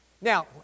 Now